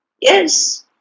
Yes